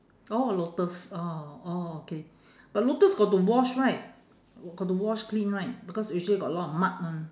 oh lotus oh oh okay but lotus got to wash right got to wash clean right because usually got a lot of mud one